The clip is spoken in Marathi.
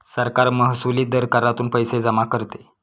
सरकार महसुली दर करातून पैसे जमा करते